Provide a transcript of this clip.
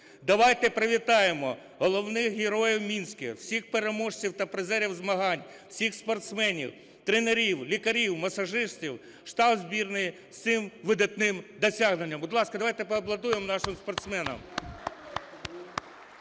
Давайте привітаємо головних героїв Мінська, всіх переможців та призерів змагань, всіх спортсменів, тренерів, лікарів, масажистів, штаб збірної з цим видатним досягненням. Будь ласка, давайте поаплодуємо нашим спортсменам.